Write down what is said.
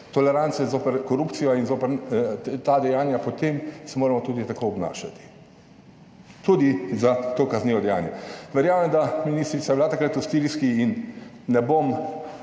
tolerance zoper korupcijo in zoper ta dejanja, potem se moramo tudi tako obnašati, tudi za to kaznivo dejanje. Verjamem, da ministrica je bila takrat v stiski in ne bom